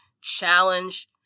challenge